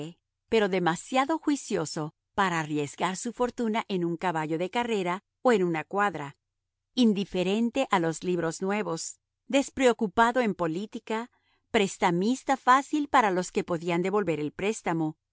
pero demasiado juicioso para arriesgar su fortuna en un caballo de carrera o en una cuadra indiferente a los libros nuevos despreocupado en política prestamista fácil para los que le podían devolver el préstamo